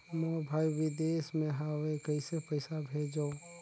मोर भाई विदेश मे हवे कइसे पईसा भेजो?